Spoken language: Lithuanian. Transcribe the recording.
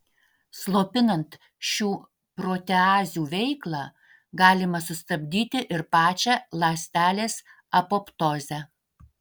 slopinant šių proteazių veiklą galima sustabdyti ir pačią ląstelės apoptozę